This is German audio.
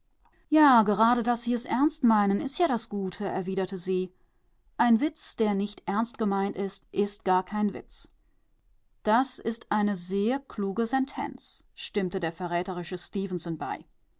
ja gerade daß sie es ernst meinen ist ja das gute erwiderte sie ein witz der nicht ernst gemeint ist ist gar kein witz das ist eine sehr kluge sentenz stimmte der verräterische stefenson bei